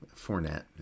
Fournette